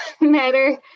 matter